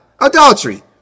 adultery